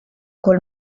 col